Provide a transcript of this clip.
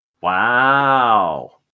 wow